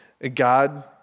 God